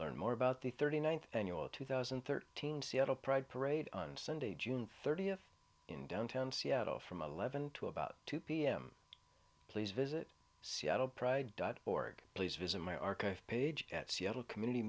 learned more about the thirty ninth annual two thousand and thirteen seattle pride parade on sunday june thirtieth in downtown seattle from eleven to about two pm please visit seattle pride dot org please visit my archive page at seattle community